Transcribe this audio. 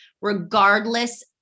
regardless